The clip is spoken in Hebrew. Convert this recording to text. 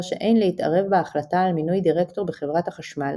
שאין להתערב בהחלטה על מינוי דירקטור בחברת החשמל